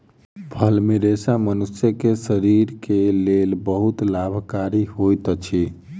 फल मे रेशा मनुष्यक शरीर के लेल बहुत लाभकारी होइत अछि